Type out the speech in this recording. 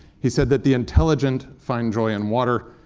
he said that, the intelligent find joy in water,